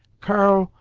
karl,